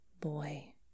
boy